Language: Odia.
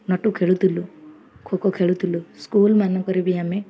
ନଟୁ ଖେଳୁଥିଲୁ ଖୋ ଖୋ ଖେଳୁଥିଲୁ ସ୍କୁଲ ମାନଙ୍କରେ ବି ଆମେ